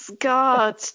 God